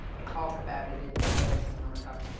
i talk about it in, poetics of an archive.